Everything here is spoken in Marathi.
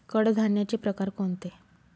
कडधान्याचे प्रकार कोणते?